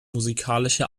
musikalische